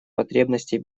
потребностей